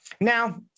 Now